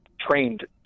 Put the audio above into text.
trained